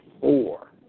four